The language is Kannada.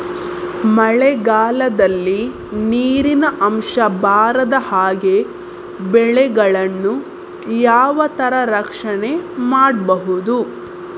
ಮಳೆಗಾಲದಲ್ಲಿ ನೀರಿನ ಅಂಶ ಬಾರದ ಹಾಗೆ ಬೆಳೆಗಳನ್ನು ಯಾವ ತರ ರಕ್ಷಣೆ ಮಾಡ್ಬಹುದು?